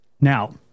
Now